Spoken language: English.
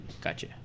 Gotcha